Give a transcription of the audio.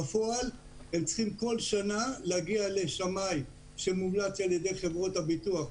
בפועל הם צריכים בכל שנה להגיע לשמאי שמומלץ על ידי חברות הביטוח,